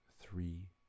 three